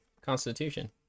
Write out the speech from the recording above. constitution